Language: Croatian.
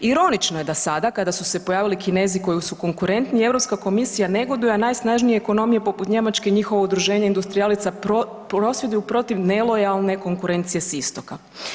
Ironično je da sada kada su se pojavili Kinezi koji su konkurentniji Europska komisija negoduje, a najsnažnije ekonomije poput Njemačke i njihovo udruženje industrijalaca prosvjeduju protiv nelojalne konkurencije s istoka.